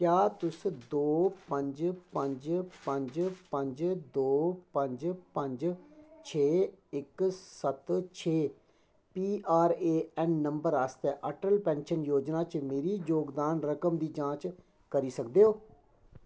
क्या तुस दो पंज पंज पंज पंज दो पंज पंज छे इक सत्त छे P R A N number आस्तै अटल पैन्शन योजना च मेरी जोगदान रकम दी जांच करी सकदे ओ